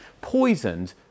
poisoned